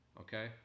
Okay